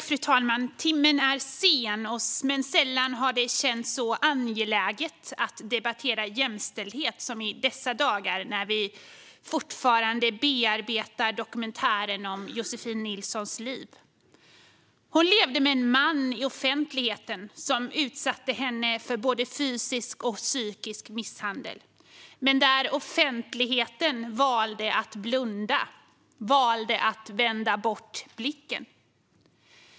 Fru talman! Timmen är sen, men sällan har det känts så angeläget att debattera jämställdhet som i dessa dagar när vi fortfarande bearbetar dokumentären om Josefin Nilssons liv. Hon levde med en man i offentligheten som utsatte henne för både fysisk och psykisk misshandel, men offentligheten valde att blunda, valde att vända bort blicken.